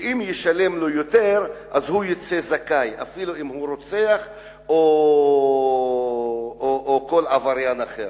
שאם הוא ישלם יותר הוא יצא זכאי גם אם הוא רוצח או כל עבריין אחר.